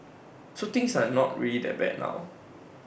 so things are not really that bad now